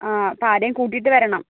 ആ അപ്പോൾ ആരെങ്കിലും കൂട്ടീട്ട് വരണം